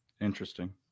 Interesting